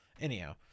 anyhow